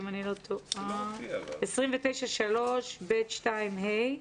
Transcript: צוות, בסעיף 29(3)(ב)(2)(ה),